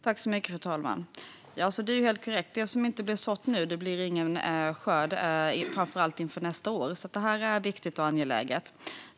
Fru talman! Det är helt korrekt. Blir det ingen sådd blir det ingen skörd - jag tänker framför allt på sådden inför nästa år. Detta är alltså viktigt och angeläget.